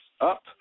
up